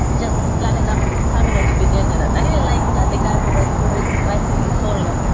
just learn enough terminal to be dangerous. i really like ah the guy who writes ah this writes this tutorial.